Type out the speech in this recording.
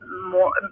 more